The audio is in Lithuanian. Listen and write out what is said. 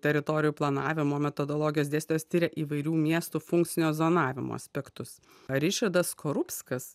teritorijų planavimo metodologijos dėstytojas tiria įvairių miestų funkcinio zonavimo aspektus ričardas skorupskas